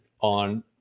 on